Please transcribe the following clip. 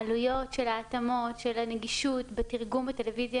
העלויות של ההתאמות של הנגישות בתרגום בטלוויזיה